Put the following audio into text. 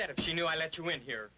that if she knew i let you in here